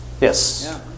Yes